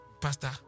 pastor